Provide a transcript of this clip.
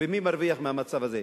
ומי מרוויח מהמצב הזה?